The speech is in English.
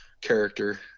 character